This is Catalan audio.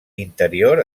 interior